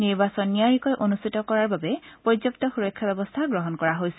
নিৰ্বাচন নিয়াৰিকৈ অনুষ্ঠিত কৰাৰ বাবে পৰ্যাপু সুৰক্ষা ব্যৱস্থা গ্ৰহণ কৰা হৈছে